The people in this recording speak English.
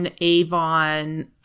Avon